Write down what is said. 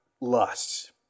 lust